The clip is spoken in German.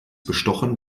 bestochen